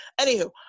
Anywho